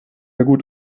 wieder